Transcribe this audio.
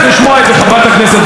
חברת הכנסת ורבין,